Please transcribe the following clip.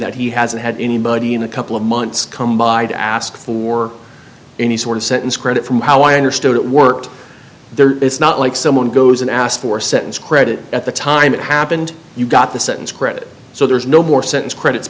that he hasn't had anybody in a couple of months come by to ask for any sort of sentence credit from how i understood it worked there it's not like someone goes and asked for a sentence credit at the time it happened you got the sentence credit so there's no more sentence credits